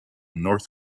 north